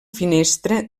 finestra